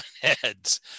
heads